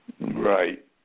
Right